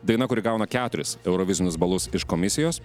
daina kuri gauna keturis eurovizinius balus iš komisijos